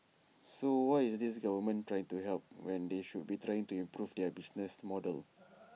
so why is this government trying to help when they should be trying to improve their business model